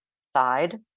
side